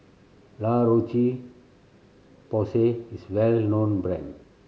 La Roche Porsay is a well known brand